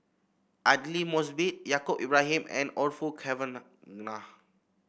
Aidli Mosbit Yaacob Ibrahim and Orfeur Cavenagh